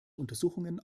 untersuchungen